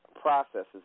processes